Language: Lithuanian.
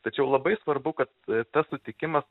tačiau labai svarbu kad tas sutikimas